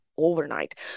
overnight